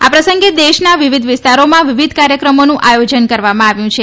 આ પ્રસંગે દેશના વિવિધ વિસ્તારોમાં વિવિધ કાર્યક્રમોનું આયોજન કરવામાં આવ્યું છે